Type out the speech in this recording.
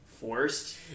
forced